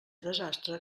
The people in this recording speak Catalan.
desastre